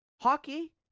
hockey